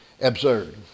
absurd